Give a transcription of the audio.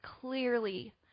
clearly